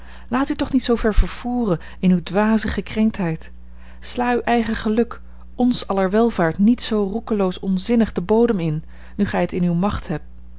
laat u toch niet zoo ver vervoeren in uwe dwaze gekrenktheid sla uw eigen geluk ns aller welvaart niet zoo roekeloos onzinnig den bodem in nu gij het in uwe macht hebt